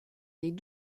des